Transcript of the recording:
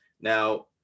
Now